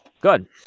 Good